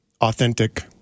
authentic